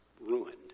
ruined